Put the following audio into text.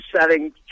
setting